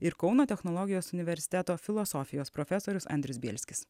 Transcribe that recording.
ir kauno technologijos universiteto filosofijos profesorius andrius bielskis